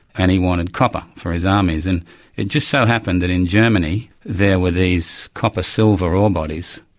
and he wanted copper for his armies. and it just so happened that in germany there were these copper-silver ore bodies,